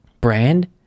brand